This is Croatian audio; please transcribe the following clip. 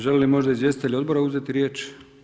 Želi li možda izvjestitelj odbora uzeti riječ?